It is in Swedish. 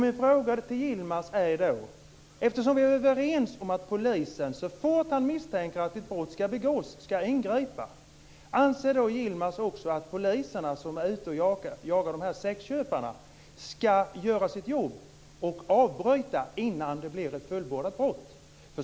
Min fråga blir: Anser Yilmaz Kerimo - vi är ju överens om att polisen, så fort det misstänks att ett brott ska begås, ska ingripa - att poliser som är ute och jagar sexköpare ska göra sitt jobb och avbryta innan det blir ett fullbordat brott?